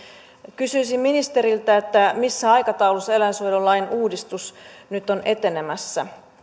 kysyisin ministeriltä missä aikataulussa eläinsuojelulain uudistus nyt on etenemässä